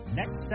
next